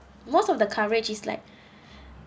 most of the coverage is like